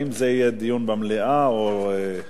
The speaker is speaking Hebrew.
בעקבות הדיון הזה, דיון במליאה או בוועדה?